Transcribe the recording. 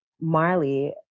Marley